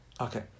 Okay